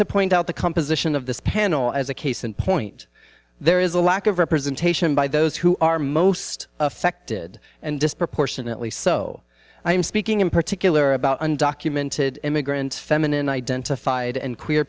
to point out the composition of this panel as a case in point there is a lack of representation by those who are most affected and disproportionately so i am speaking in particular about undocumented immigrants feminine identified and